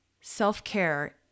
Self-care